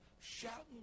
shouting